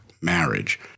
marriage